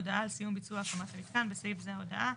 הודעה על סיום ביצוע הקמת המיתקן (בסעיף זה - ההודעה)